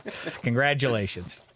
Congratulations